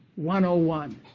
101